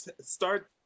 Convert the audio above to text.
Start